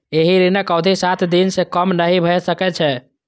एहि ऋणक अवधि सात दिन सं कम नहि भए सकै छै